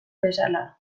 bezala